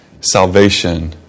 salvation